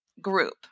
group